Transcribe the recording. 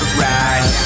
ride